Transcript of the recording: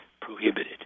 prohibited